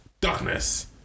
Darkness